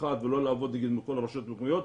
אחד ולא לעבוד עם כל הרשויות המקומיות.